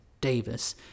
Davis